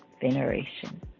veneration